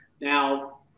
Now